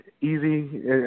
easy